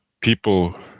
people